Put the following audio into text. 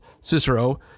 Cicero